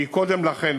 היא קודם לכן,